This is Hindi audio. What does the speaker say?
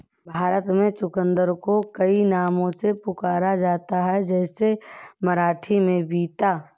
भारत में चुकंदर को कई नामों से पुकारा जाता है जैसे मराठी में बीता